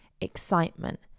excitement